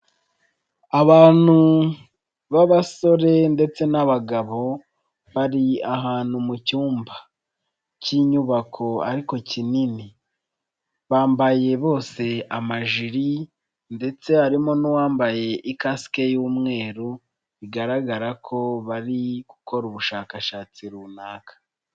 Abantu b'abasore ndetse n'abagabo bari ahantu mu cyumba cy'inyubako ariko kinini bambaye bose amajiri ndetse harimo n'uwambaye ikasike y'umweru bigaragara ko bari gukora ubushakashatsi runaka.